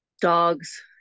dogs